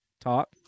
talk